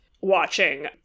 watching